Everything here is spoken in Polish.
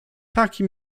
taki